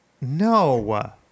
No